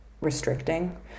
restricting